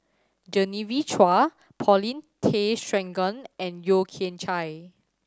Genevieve Chua Paulin Tay Straughan and Yeo Kian Chai